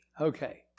Okay